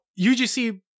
UGC